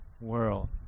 world